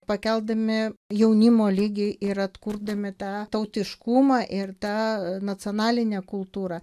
pakeldami jaunimo lygį ir atkurdami tą tautiškumą ir tą nacionalinę kultūrą